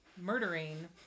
murdering